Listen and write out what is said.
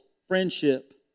friendship